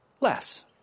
less